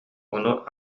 ону